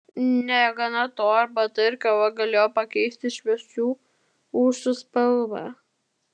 negana to arbata ar kava galėjo pakeisti šviesių ūsų spalvą